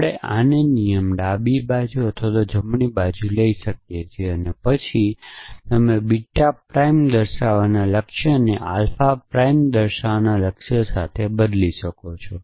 આપણે આને નિયમ ડાબી બાજુ જમણી બાજુ કહીએ છીએ પછી તમે બીટા પ્રાઇમ દર્શાવવાના લક્ષ્યને આલ્ફા પ્રાઇમ બતાવવાના લક્ષ્ય સાથે બદલી શકો છો